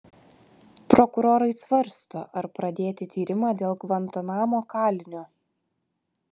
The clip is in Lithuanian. prokurorai svarsto ar pradėti tyrimą dėl gvantanamo kalinio